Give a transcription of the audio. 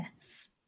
Yes